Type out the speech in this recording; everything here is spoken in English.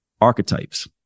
archetypes